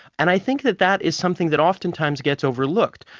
and i think that that is something that oftentimes gets overlooked.